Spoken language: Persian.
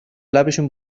لبشون